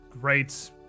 great